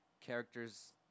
characters